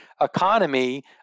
economy